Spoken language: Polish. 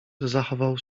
zachował